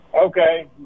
Okay